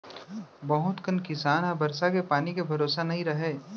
बहुत कन किसान ह बरसा के पानी के भरोसा नइ रहय